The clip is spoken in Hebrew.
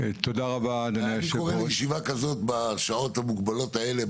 אני קורא לישיבה כזאת בשעות המוגבלות האלה,